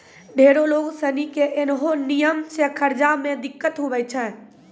ढेरो लोग सनी के ऐन्हो नियम से कर्जा मे दिक्कत हुवै छै